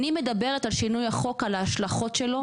אני מדברת על שינוי החוק, על ההשלכות שלו.